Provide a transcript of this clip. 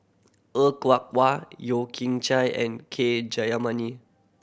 Er Kwong Wah Yeo King Chai and K Jayamani